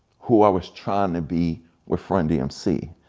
who i was trying to be with run dmc.